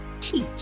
teach